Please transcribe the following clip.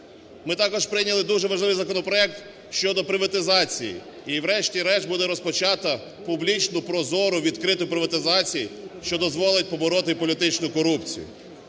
Ми також прийняли дуже важливий законопроект щодо приватизації, і, врешті-решт, буде розпочато публічну, прозору, відкриту приватизацію, що дозволить побороти політичну корупцію.